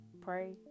Pray